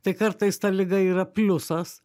tai kartais ta liga yra pliusas